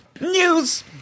News